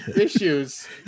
issues